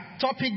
topic